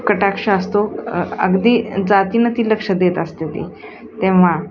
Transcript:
कटाक्ष असतो अगदी जातीनं ती लक्ष देत असते ती तेव्हा